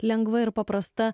lengva ir paprasta